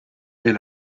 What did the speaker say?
est